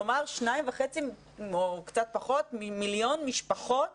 כלומר 2.5 או קצת פחות מיליון משפחות